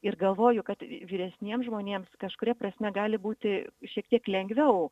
ir galvoju kad vyresniems žmonėms kažkuria prasme gali būti šiek tiek lengviau